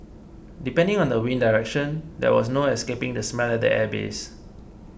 depending on the wind direction there was no escaping the smell at the airbase